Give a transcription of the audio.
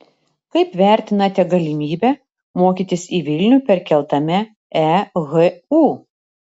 kaip vertinate galimybę mokytis į vilnių perkeltame ehu